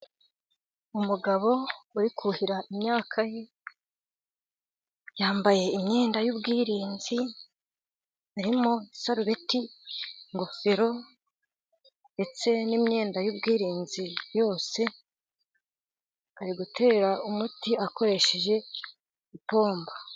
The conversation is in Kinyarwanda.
Umugabo uri kuhira imyaka ye. Yambaye imyenda y'ubwirinzi irimo isarubeti, ingofero ndetse n'imyenda y'ubwirinzi yose. Ari gutera umuti akoresheje ipombo.